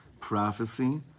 prophecy